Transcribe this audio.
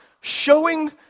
showing